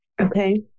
Okay